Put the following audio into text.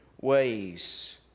ways